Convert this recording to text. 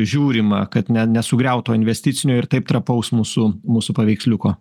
žiūrima kad ne nesugriaut to investicinio ir taip trapaus mūsų mūsų paveiksliuko